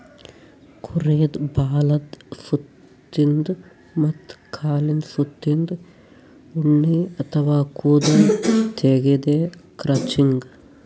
ಕುರಿದ್ ಬಾಲದ್ ಸುತ್ತಿನ್ದ ಮತ್ತ್ ಕಾಲಿಂದ್ ಸುತ್ತಿನ್ದ ಉಣ್ಣಿ ಅಥವಾ ಕೂದಲ್ ತೆಗ್ಯದೆ ಕ್ರಚಿಂಗ್